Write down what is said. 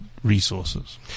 Resources